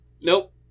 nope